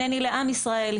הנני לעם ישראל,